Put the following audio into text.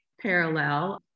parallel